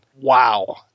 Wow